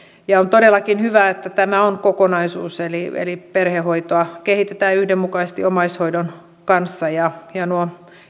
on todellakin hyvä että tämä on kokonaisuus eli eli perhehoitoa kehitetään yhdenmukaisesti omaishoidon kanssa ja ja nuo